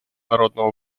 народного